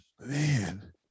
Man